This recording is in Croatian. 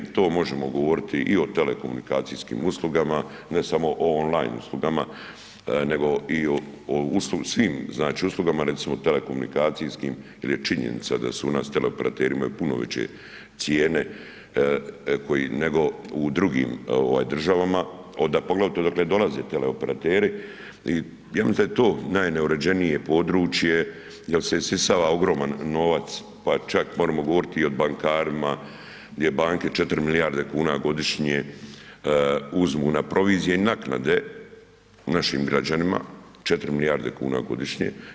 To možemo govoriti i o telekomunikacijskim uslugama, ne samo o on-line uslugama, nego i o svim znači uslugama recimo telekomunikacijskim jer je činjenica da su u nas teleoperateri imaju puno veće cijene nego u drugim ovaj državama poglavito odakle dolaze teleoperateri i ja mislim da je to najneuređenije područje jer se isisava ogroman novac pa čak moremo govoriti i o bankarima, gdje banke 4 milijarde kuna godišnje uzmu na provizije i naknade našim građanima, 4 milijarde kuna godišnje.